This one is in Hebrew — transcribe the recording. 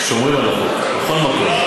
שומרים על החוק בכל מקום.